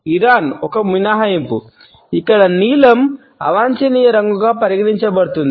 Iran ఒక మినహాయింపు ఇక్కడ నీలం అవాంఛనీయ రంగుగా పరిగణించబడుతుంది